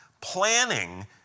Planning